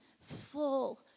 full